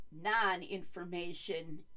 non-information